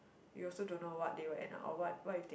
you also don't know what they will end up or what if they